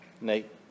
Nate